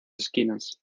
esquinas